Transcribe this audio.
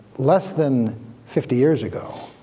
less than fifty years ago,